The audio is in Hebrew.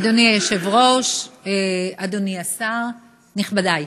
אדוני היושב-ראש, אדוני השר, נכבדי,